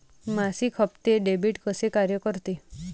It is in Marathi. मासिक हप्ते, डेबिट कसे कार्य करते